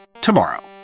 tomorrow